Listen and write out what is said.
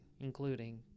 including